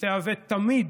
שתהווה תמיד